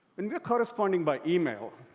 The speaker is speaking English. when we're corresponding by email,